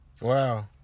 Wow